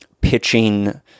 pitching